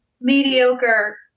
mediocre